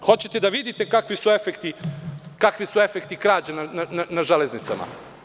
Hoćete da vidite kakvi su efekti krađa na „Železnicama“